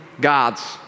gods